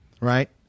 Right